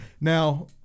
now